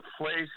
place